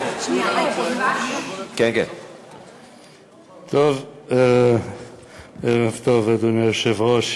ערב טוב, אדוני היושב-ראש,